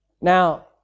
Now